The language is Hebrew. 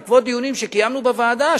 בעקבות דיונים שקיימנו בוועדה,